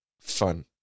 fun